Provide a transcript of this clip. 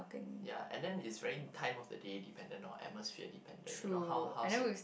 ya and then it's very time of the day dependent or atmosphere dependent you know how how se~